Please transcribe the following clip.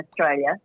Australia